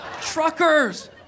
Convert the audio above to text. Truckers